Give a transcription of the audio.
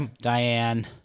Diane